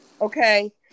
Okay